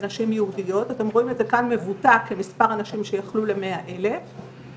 של המניעה ולהעלאת מודעות בקהילה ואנחנו